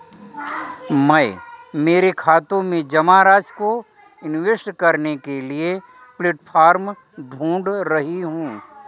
मैं मेरे खाते में जमा राशि को इन्वेस्ट करने के लिए प्लेटफॉर्म ढूंढ रही हूँ